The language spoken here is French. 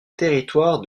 territoire